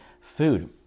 food